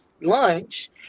lunch